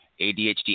ADHD